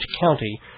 County